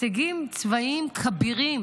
הישגים צבאיים כבירים?